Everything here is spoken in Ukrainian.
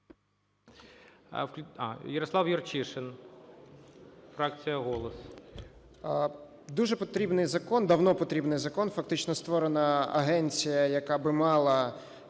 Дуже потрібний закон, давно потрібний закон. Фактично створена агенція, яка би мала